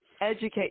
Educate